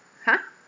!huh!